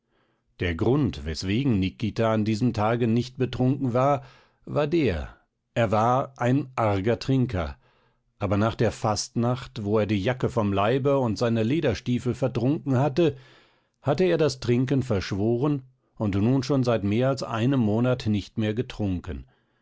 der grund weswegen nikita an diesem tage nicht betrunken war war der er war ein arger trinker aber nach der fastnacht wo er die jacke vom leibe und seine lederstiefel vertrunken hatte hatte er das trinken verschworen und nun schon seit mehr als einem monat nicht mehr getrunken